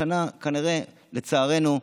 השנה כנראה, לצערנו,